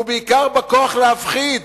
ובעיקר בכוח להפחיד?